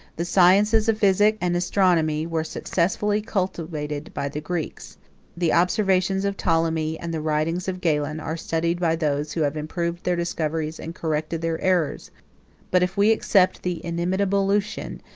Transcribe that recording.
the sciences of physic and astronomy were successfully cultivated by the greeks the observations of ptolemy and the writings of galen are studied by those who have improved their discoveries and corrected their errors but if we except the inimitable lucian,